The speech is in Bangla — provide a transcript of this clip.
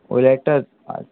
ওই লাইটটা আর